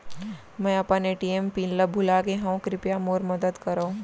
मै अपन ATM pin ला भूलागे हव, कृपया मोर मदद करव